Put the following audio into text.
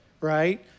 right